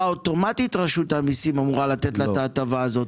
אוטומטית רשות המיסים אמורה לתת לה את ההטבה הזאת.